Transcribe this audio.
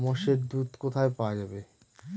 মোষের দুধ কোথায় পাওয়া যাবে?